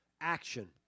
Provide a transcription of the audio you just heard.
action